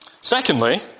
Secondly